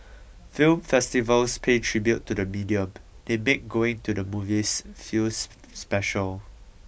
film festivals pay tribute to the medium they make going to the movies feel special